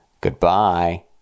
Goodbye